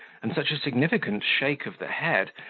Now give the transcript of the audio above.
and such a significant shake of the head,